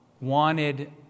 wanted